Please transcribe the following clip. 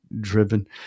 driven